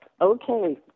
Okay